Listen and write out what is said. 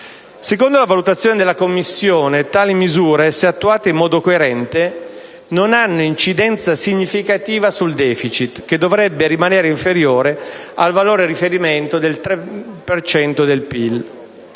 Secondo la valutazione della Commissione, tali misure, se attuate in modo coerente, «non hanno un'incidenza significativa sul *deficit»*, che dovrebbe rimanere inferiore al valore di riferimento del 3 per